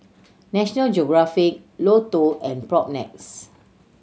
National Geographic Lotto and Propnex